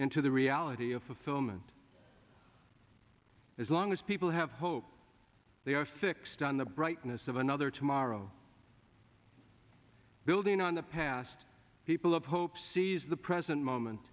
into the reality of fulfillment as long as people have hope they are fixed on the brightness of another tomorrow building on the past people of hope seize the present moment